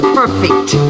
perfect